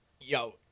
yo